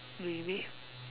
maybe